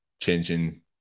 changing